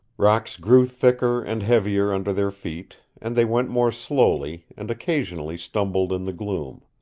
rocks grew thicker and heavier under their feet, and they went more slowly, and occasionally stumbled in the gloom.